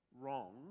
wrong